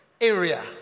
area